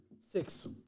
Six